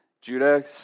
Judah